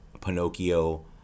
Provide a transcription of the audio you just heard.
Pinocchio